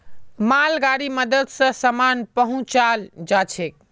मालगाड़ीर मदद स सामान पहुचाल जाछेक